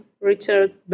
Richard